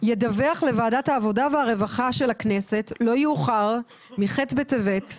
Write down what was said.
ידווח לוועדת העבודה והרווחה של הכנסת לא יאוחר מ-ח' בטבת,